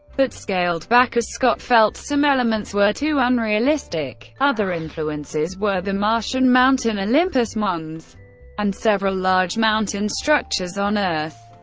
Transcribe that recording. but scaled back as scott felt some elements were too unrealistic. other influences were the martian mountain olympus mons and several large mountain structures on earth.